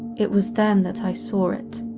it was then that i saw it.